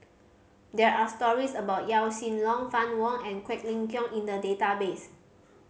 there are stories about Yaw Shin Leong Fann Wong and Quek Ling Kiong in the database